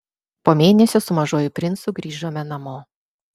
po mėnesio su mažuoju princu grįžome namo